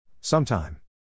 Sometime